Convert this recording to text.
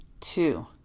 Two